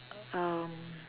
um